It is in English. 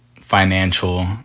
financial